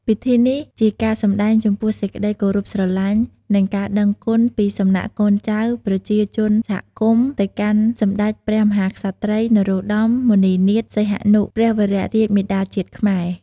ពិធីនេះជាការសម្ដែងចំពោះសេចក្ដីគោរពស្រឡាញ់ និងការដឹងគុណពីសំណាក់កូនចៅ ប្រជាជនសហគមន៍ ទៅកាន់សម្តេចព្រះមហាក្សត្រី នរោត្តម មុនិនាថ សីហនុ ព្រះវររាជមាតាជាតិខ្មែរ